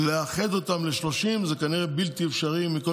לאחד אותם ל-30 זה כנראה בלתי אפשרי מכל